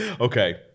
Okay